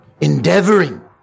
Endeavoring